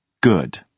Good